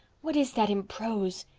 what is that in prose?